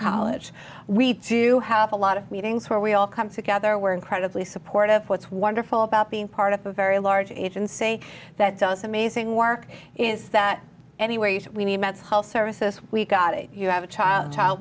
college we to have a lot of meetings where we all come together we're incredibly supportive what's wonderful about being part of a very large agency that does amazing work is that anywhere you say we need mental health services we've got a you have a child child